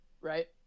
right